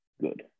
good